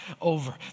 over